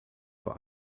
vor